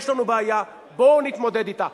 יש לנו בעיה, בואו נתמודד אתה.